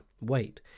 weight